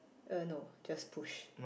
uh no just push